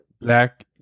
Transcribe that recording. black